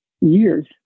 years